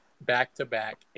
back-to-back